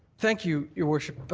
thank you, your worship.